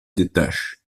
détache